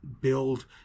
build